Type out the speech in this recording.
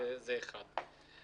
לגבי